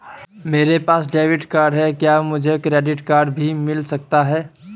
मेरे पास debit card है क्या मुझे क्रेडिट कार्ड भी मिल सकता है?